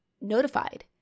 notified